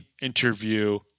interview